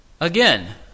Again